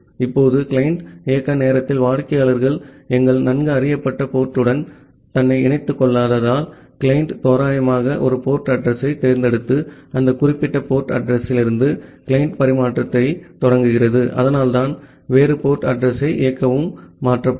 இப்போது கிளையன்ட் இயக்க நேரத்தில் வாடிக்கையாளர் எங்கள் நன்கு அறியப்பட்ட போர்ட் உடன் தன்னை இணைத்துக் கொள்ளாததால் கிளையன்ட் தோராயமாக ஒரு போர்ட் அட்ரஸ் யைத் தேர்ந்தெடுத்து அந்த குறிப்பிட்ட போர்ட் அட்ரஸ் யிலிருந்து கிளையன்ட் பரிமாற்றத்தைத் தொடங்குகிறார் அதனால்தான் வேறு போர்ட் அட்ரஸ் யை இயக்கவும் மாற்றப்படும்